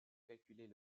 calculer